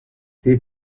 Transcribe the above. les